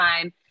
time